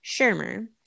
Shermer